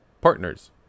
partners